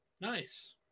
Nice